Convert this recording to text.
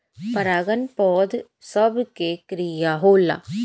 परागन पौध सभ के क्रिया होला